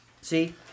see